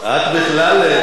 את בכלל,